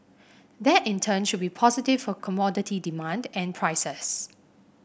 that in turn should be positive for commodity demand and prices